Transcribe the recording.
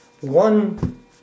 one